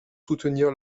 soutenir